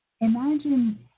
imagine